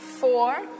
Four